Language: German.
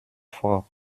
vor